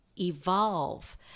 evolve